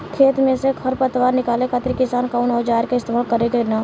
खेत में से खर पतवार निकाले खातिर किसान कउना औजार क इस्तेमाल करे न?